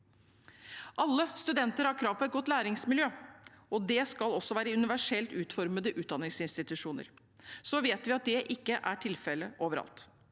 Alle studenter har krav på et godt læringsmiljø, og det skal også være universelt utformede utdanningsinstitusjoner. Vi vet at det ikke er tilfelle overalt,